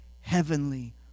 heavenly